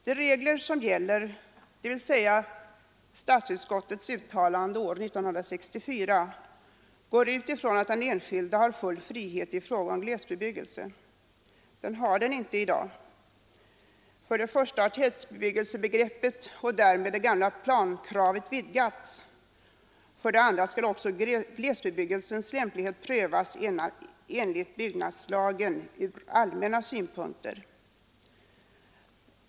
Den regel som gäller, dvs.. statsutskottets uttalande år 1964, utgår från att den enskilde har full frihet när det gäller glesbebyggelse. Det har den enskilde emellertid inte i dag. För det första har tätbebyggelsebegreppet och därmed det gamla plankravet vidgats, och för det andra skall också glesbebyggelsens lämplighet prövas enligt byggnadslagen från rent allmänna synpunkter.